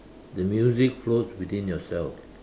the music flows within yourself